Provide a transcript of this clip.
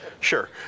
Sure